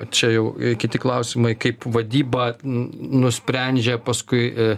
čia jau kiti klausimai kaip vadyba nusprendžia paskui